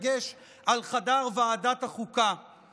בדגש על חדר ועדת החוקה,